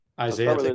Isaiah